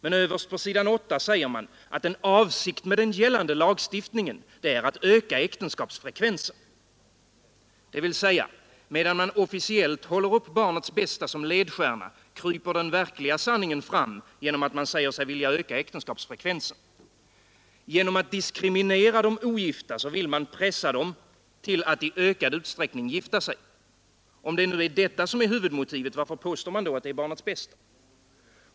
Men överst på s. 8 säger man att en avsikt med den gällande lagstiftningen är att öka äktenskapsfrekvensen. Det vill säga: Medan man officiellt håller upp barnets bästa som ledstjärna, kryper den verkliga sanningen fram genom att man säger sig vilja öka äktenskapsfrekvensen. Genom att diskriminera de ogifta vill man pressa dem till att i ökad utsträckning gifta sig. Om nu detta är huvudmotivet, varför påstår man då att huvudmotivet är barnets bästa?